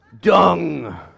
Dung